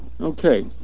Okay